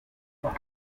twize